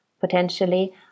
potentially